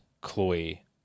chloe